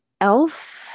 Elf